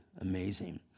amazing